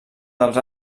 dels